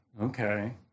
Okay